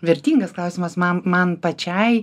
vertingas klausimas man man pačiai